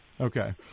Okay